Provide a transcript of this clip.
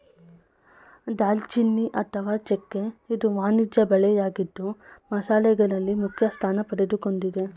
ದಾಲ್ಚಿನ್ನಿ ಅಥವಾ ಚೆಕ್ಕೆ ಇದು ವಾಣಿಜ್ಯ ಬೆಳೆಯಾಗಿದ್ದು ಮಸಾಲೆಗಳಲ್ಲಿ ಮುಖ್ಯಸ್ಥಾನ ಪಡೆದುಕೊಂಡಿದೆ